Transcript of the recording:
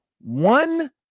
one